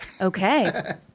Okay